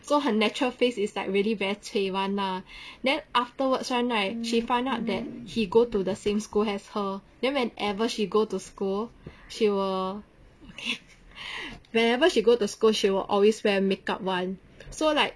so her natural face is like really very cui one lah then afterwards [one] right she found out then he go to the same school as her then whenever she go to school she will whenever she go to school she will always wear make up [one] so like